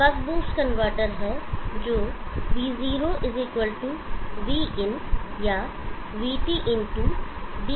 यह buck boost converter है जो V0Vin या VTd1 d है